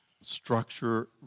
structure